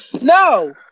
No